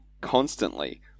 constantly